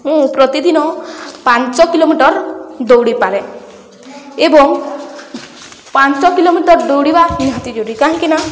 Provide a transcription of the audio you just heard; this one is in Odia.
ମୁଁ ପ୍ରତିଦିନ ପାଞ୍ଚ କିଲୋମିଟର ଦୌଡ଼ିପାରେ ଏବଂ ପାଞ୍ଚ କିଲୋମିଟର ଦୌଡ଼ିବା ନିହାତି ଜରୁରୀ କାହିଁକି ନା